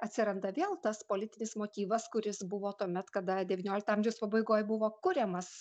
atsiranda vėl tas politinis motyvas kuris buvo tuomet kada devyniolikto amžiaus pabaigoj buvo kuriamas